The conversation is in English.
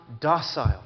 docile